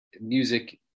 music